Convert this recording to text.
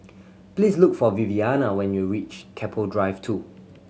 please look for Viviana when you reach Keppel Drive Two